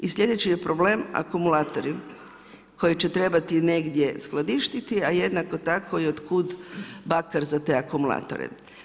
I sljedeći je problem akumulatori, koji će trebati negdje skladištiti, a jednako tako i od kud bakar za te akumulatore?